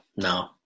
no